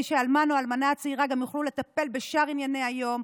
שהאלמן או האלמנה הצעירה גם יוכלו לטפל בשאר ענייני היום,